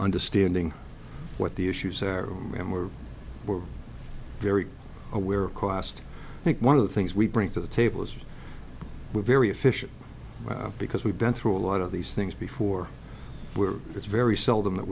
understanding what the issues are and we're very aware of cost i think one of the things we bring to the table is we're very efficient because we've been through a lot of these things before where it's very seldom that